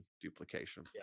duplication